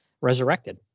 resurrected